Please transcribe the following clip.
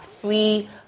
Free